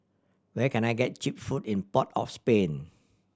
where can I get cheap food in Port of Spain